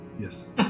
Yes